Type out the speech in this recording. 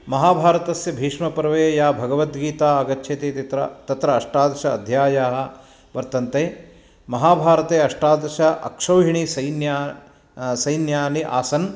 महाभारतस्य भीष्मपर्वे या भगवद्गीता आगच्छति तत्र तत्र अष्टादश अध्यायाः वर्तन्ते महाभारते अष्टादश अक्षोहिणी सैन्य सैन्यानि आसन्